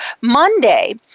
Monday